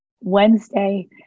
Wednesday